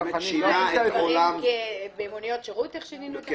שינינו --- במוניות שירות איך שינינו את